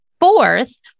Fourth